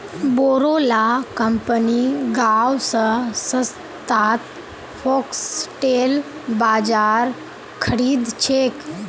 बोरो ला कंपनि गांव स सस्तात फॉक्सटेल बाजरा खरीद छेक